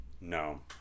no